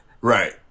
Right